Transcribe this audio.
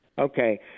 Okay